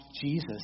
Jesus